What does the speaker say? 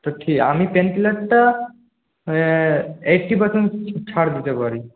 তো ঠিক আমি পেন কিলারটা এইট্টিন পার্সেন্ট ছাড় দিতে পারি